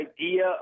idea